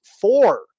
four